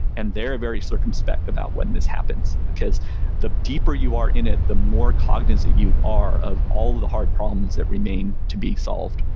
and they're very circumspect about when this happens. because the deeper you are in it, the more cognizant you are of all the hard problems that remain to be solved.